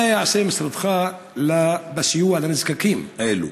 מה יעשה משרדך בסיוע לנזקקים לו?